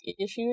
issues